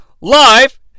live